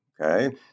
okay